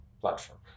Platform